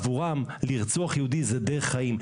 עבורם לרצוח יהודי זאת דרך חיים?